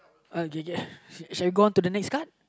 uh okay kay kay shall I go on to the next card